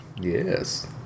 Yes